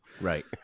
Right